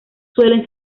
suelen